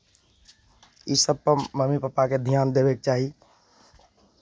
इसभ पर मम्मी पप्पाके ध्यान देबयके चाही